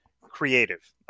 creative